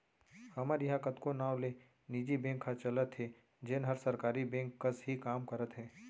हमर इहॉं कतको नांव ले निजी बेंक ह चलत हे जेन हर सरकारी बेंक कस ही काम करत हे